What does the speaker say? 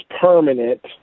permanent